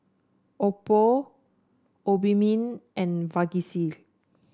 Oppo Obimin and Vagisil